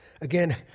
Again